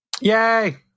Yay